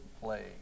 play